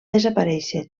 desaparèixer